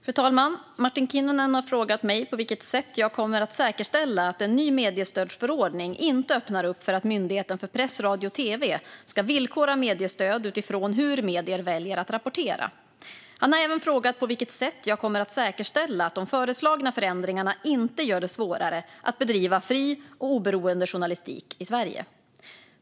Fru talman! Martin Kinnunen har frågat mig på vilket sätt jag kommer att säkerställa att en ny mediestödsförordning inte öppnar upp för att Myndigheten för press, radio och tv ska villkora mediestöd utifrån hur medier väljer att rapportera. Han har även frågat på vilket sätt jag kommer att säkerställa att de föreslagna förändringarna inte gör det svårare att bedriva fri och oberoende journalistik i Sverige.